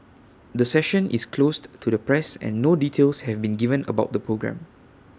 the session is closed to the press and no details have been given about the programme